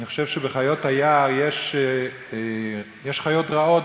אני חושב שבחיות היער יש חיות רעות,